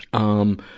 um,